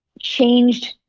Changed